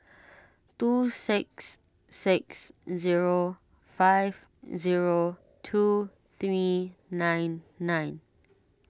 two six six zero five zero two three nine nine